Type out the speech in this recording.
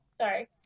Sorry